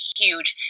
huge